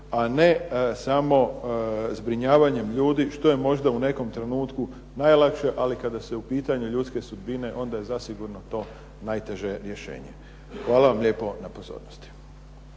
a ne samo zbrinjavanjem ljudi što je možda u nekom trenutku najlakše, ali kada su u pitanju ljudske sudbine onda je zasigurno to najteže rješenje. Hvala vam lijepo na pozornosti.